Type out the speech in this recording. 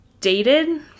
dated